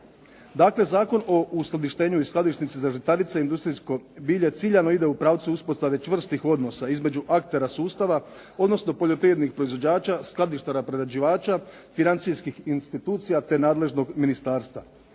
Dakle, Zakon o uskladištenju i skladišnici za žitarice i industrijsko bilje ciljano ide u pravcu uspostave čvrstih odnosa između aktera sustava, odnosno poljoprivrednih proizvođača, skladištara prerađivača, financijskih institucija te nadležnog ministarstva.